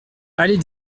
allée